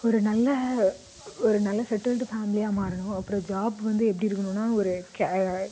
ஒரு நல்ல ஒரு நல்ல செட்டுல்டு ஃபேம்லியாக மாறணும் அப்புறோம் ஜாப் வந்து எப்படிருக்குணுன்னா ஒரு கே